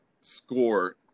score